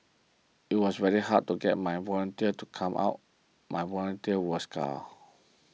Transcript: it was very hard to get my volunteers to come out my volunteers were scared